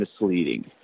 misleading